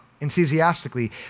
enthusiastically